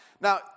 Now